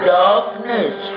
darkness